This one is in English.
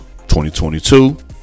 2022